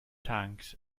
tanks